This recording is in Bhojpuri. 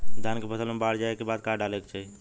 धान के फ़सल मे बाढ़ जाऐं के बाद का डाले के चाही?